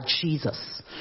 jesus